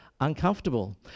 uncomfortable